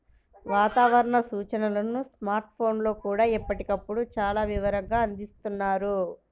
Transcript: వాతావరణ సూచనలను స్మార్ట్ ఫోన్లల్లో కూడా ఎప్పటికప్పుడు చాలా వివరంగా అందిస్తున్నారు